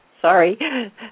Sorry